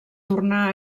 tornà